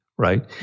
Right